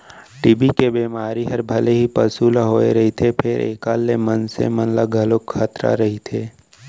TB के बेमारी हर भले ही पसु ल होए रथे फेर एकर ले मनसे मन ल घलौ खतरा रइथे